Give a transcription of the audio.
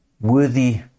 worthy